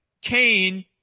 Cain